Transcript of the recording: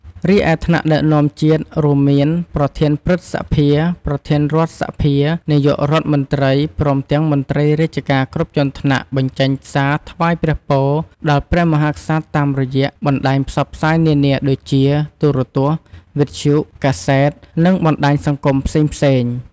រីឯ ថ្នាក់ដឹកនាំជាតិរួមមាន ប្រធានព្រឹទ្ធសភា ប្រធានរដ្ឋសភា នាយករដ្ឋមន្ត្រី ព្រមទាំងមន្ត្រីរាជការគ្រប់ជាន់ថ្នាក់ បញ្ចេញសារថ្វាយព្រះពរដល់ព្រះមហាក្សត្រតាមរយៈបណ្តាញផ្សព្វផ្សាយនានាដូចជា ទូរទស្សន៍ វិទ្យុ កាសែត និងបណ្តាញសង្គមផ្សេងៗ។